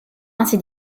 ainsi